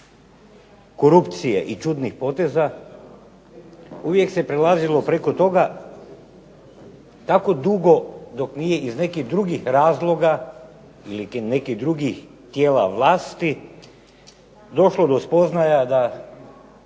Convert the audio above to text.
korupcije i čudnih poteza. Uvijek se prelazilo preko toga tako dugo dok nije iz nekih drugih razloga ili nekih drugih tijela vlasti došlo do spoznaja da